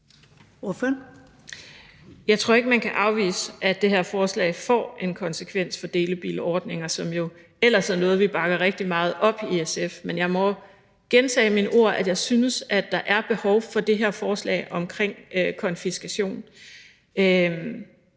Jeg tror ikke, at man kan afvise, at det her forslag får en konsekvens for delebilsordninger, som jo ellers er noget, vi bakker rigtig meget op i SF. Men jeg må gentage mine ord: Jeg synes, der er behov for det her forslag om konfiskation.